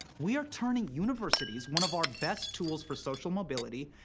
we are turning universities, one of our best tools for social mobility,